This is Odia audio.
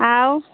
ଆଉ